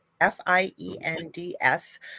F-I-E-N-D-S